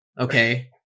Okay